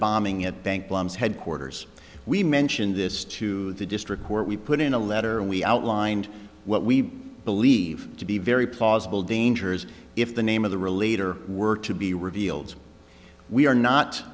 bombing at bank plumbs headquarters we mentioned this to the district where we put in a letter we outlined what we believe to be very plausible dangers if the name of the real leader were to be revealed we are